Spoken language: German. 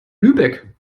lübeck